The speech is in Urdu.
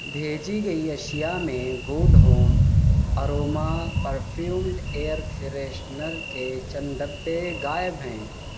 بھیجی گئی اشیاء میں good home aroma perfumed air freshener کے چند ڈبے غائب ہیں